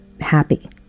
happy